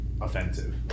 offensive